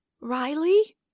Riley